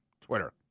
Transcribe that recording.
Twitter